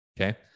okay